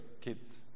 kids